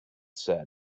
said